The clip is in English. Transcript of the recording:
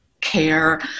care